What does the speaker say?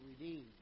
redeemed